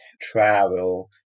travel